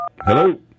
Hello